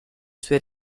sue